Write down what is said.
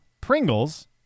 pringles